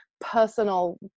Personal